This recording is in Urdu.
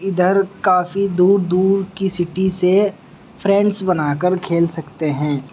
ادھر کافی دور دور کی سٹی سے فرینڈس بنا کر کھیل سکتے ہیں